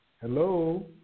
Hello